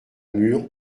mûre